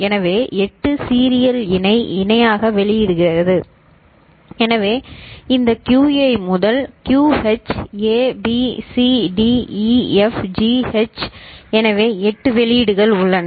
எனவே 8 சீரியல் இணையாக வெளியீடு ஆகிறது எனவே இந்த QA முதல் QH A B C D E F G H எனவே 8 வெளியீடுகள் உள்ளன